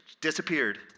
disappeared